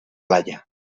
laya